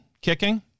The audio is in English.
kicking